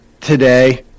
today